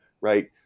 right